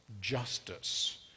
justice